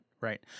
right